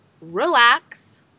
relax